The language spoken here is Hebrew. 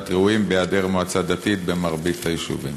ראויים בהיעדר מועצה דתית במרבית היישובים?